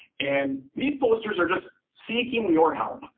and these posters are just seeking your help.